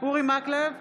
אורי מקלב,